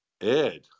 Ed